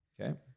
Okay